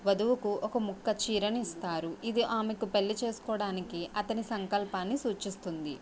వధువుకు ఒక ముఖ్య చీరని ఇస్తారు ఇది ఆమెకు పెళ్లి చేసుకోవడానికి అతని సంకల్పాన్ని సూచిస్తుంది